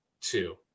two